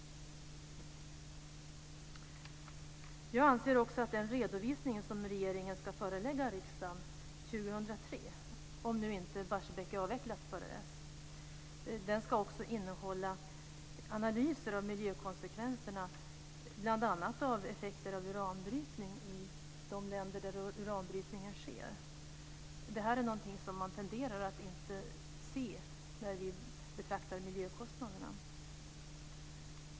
Jag anser också att den redovisning som regeringen ska förelägga riksdagen 2003, om inte Barsebäck är avvecklat innan dess, också ska innehålla analyser av miljökonsekvenserna, bl.a. effekterna av uranbrytning i de länder där den sker. Detta är något som man tenderar att inte se när man betraktar miljökostnaderna.